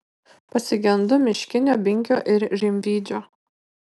pasigendu miškinio binkio ir rimydžio